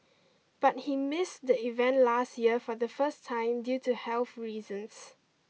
but he missed the event last year for the first time due to health reasons